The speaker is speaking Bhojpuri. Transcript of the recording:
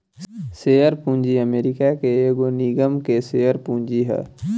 शेयर पूंजी अमेरिका के एगो निगम के शेयर पूंजी ह